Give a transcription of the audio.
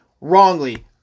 wrongly